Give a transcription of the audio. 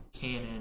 canon